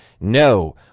no